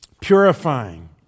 Purifying